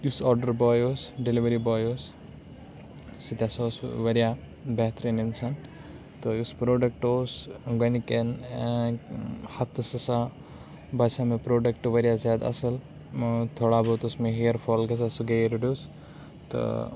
یُس آرڈَر باے اوس ڈیٚلِوری باے اوس سُہ تہِ ہَسا اوس واریاہ بہترین اِنسان تہٕ یُس پروڈَکٹ اوس گۄڈنِکٮ۪ن ہَفتَس ہَسا باسیٚو مےٚ پروڈَکٹ واریاہ زیادٕ اصل تھوڑا بہت اوس مےٚ ہیر فال گَژھان سُہ گٔیے رِڈیوٗس تہٕ